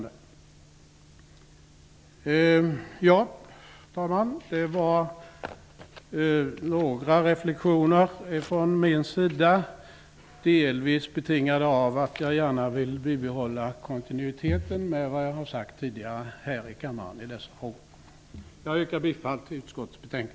Detta var några reflexioner från min sida, delvis betingade av att jag gärna vill bibehålla en kontinuitet i förhållande till vad jag tidigare har sagt här i kammaren i dessa frågor. Jag yrkar bifall till utskottets hemställan.